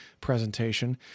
presentation